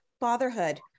fatherhood